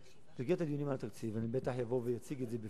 במסגרת הדיונים על התקציב אני בטח אבוא ואציג את זה בפניכם,